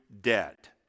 debt